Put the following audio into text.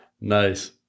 Nice